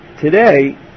today